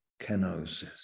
kenosis